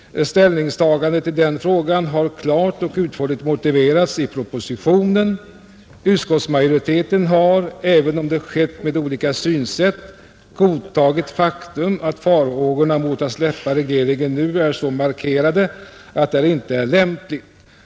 Departementschefen har i propositionen klart och utförligt motiverat sitt ställningstagande. Utskottsmajoriteten har — även om det skett med olika synsätt — godtagit faktum att farhågorna mot att släppa regleringen nu är så markerade att detta inte är lämpligt.